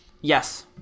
Yes